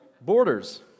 borders